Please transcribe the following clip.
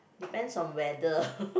depends on weather